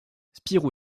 spirou